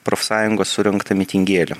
profsąjungos surengtą mitingėlį